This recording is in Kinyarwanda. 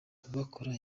gukora